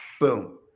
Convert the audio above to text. boom